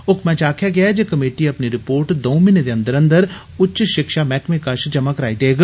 हुकमै च आक्खेआ गेदा ऐ जे कमेटी अपनी रिपोर्ट दर्ऊं म्हीने दे अंदर अंदर उच्च शिक्षा मैह्कमे कश जमा कराई देग